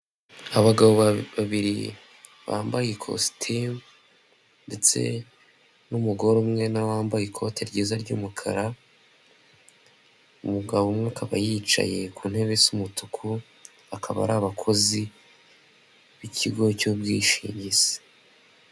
Abagabo babiri bambaye ikositimu ndetse n'umugore umwe nawe wambaye ikote ryiza ry'umukara, umugabo umwe akaba yicaye ku ntebe z'umutuku, akaba ari abakozi b'ikigo cy'ubwishingizi.